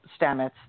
Stamets